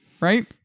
right